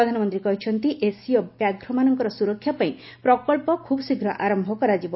ପ୍ରଧାନମନ୍ତ୍ରୀ କହିଛନ୍ତି ଏସୀୟ ବ୍ୟାଘ୍ରମାନଙ୍କର ସୁରକ୍ଷା ପାଇଁ ପ୍ରକଚ୍ଚ ଖୁବ୍ଶୀଘ୍ର ଆରମ୍ଭ କରାଯିବ